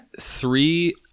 three